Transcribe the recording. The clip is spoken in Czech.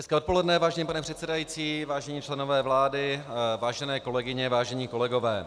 Hezké odpoledne, vážený pane předsedající, vážení členové vlády, vážené kolegyně, vážení kolegové.